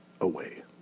away